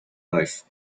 life